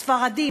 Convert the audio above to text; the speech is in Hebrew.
ספרדים,